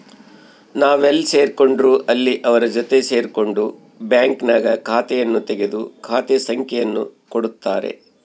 ನಾವೆಲ್ಲೇ ಸೇರ್ಕೊಂಡ್ರು ಅಲ್ಲಿ ಅವರ ಜೊತೆ ಸೇರ್ಕೊಂಡು ಬ್ಯಾಂಕ್ನಾಗ ಖಾತೆಯನ್ನು ತೆಗೆದು ಖಾತೆ ಸಂಖ್ಯೆಯನ್ನು ಕೊಡುತ್ತಾರೆ